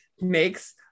makes